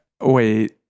Wait